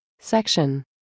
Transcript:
Section